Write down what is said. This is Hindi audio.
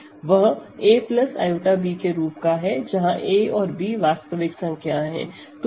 वह a i b के रूप का है जहां a और b वास्तविक संख्याएं हैं